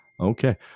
Okay